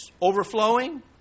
Overflowing